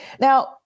Now